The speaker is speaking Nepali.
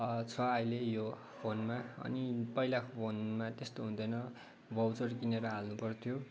छ अहिले यो फोनमा अनि पहिलाको फोनमा त्यस्तो हुँदैन भाउचर किनेर हाल्नुपर्थ्यो